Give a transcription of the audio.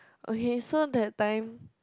okay so that time